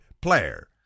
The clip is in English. player